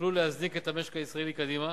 שיוכלו להזניק את המשק הישראלי קדימה,